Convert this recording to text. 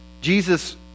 Jesus